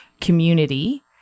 community